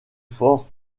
fort